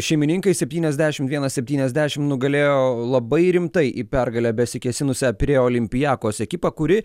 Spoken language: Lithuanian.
šeimininkai septyniasdešimt vienas septyniasdešimt nugalėjo labai rimtai į pergalę besikėsinusią pirėjo olympiakos ekipą kuri